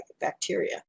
bacteria